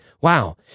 Wow